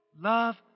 love